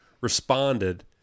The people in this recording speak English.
responded